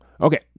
Okay